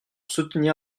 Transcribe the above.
soutenir